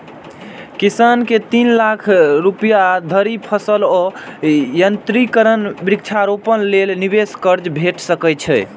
किसान कें तीन लाख रुपया धरि फसल आ यंत्रीकरण, वृक्षारोपण लेल निवेश कर्ज भेट सकैए